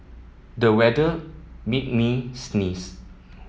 the weather made me sneeze